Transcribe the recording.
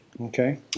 Okay